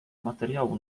materiału